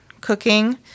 cooking